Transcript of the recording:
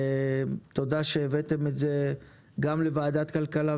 ותודה שהבאתם את זה גם לוועדת כלכלה,